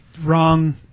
wrong